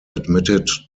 admitted